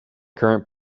current